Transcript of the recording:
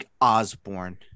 Osborne